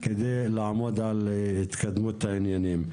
כדי לעמוד על התקדמות העניינים.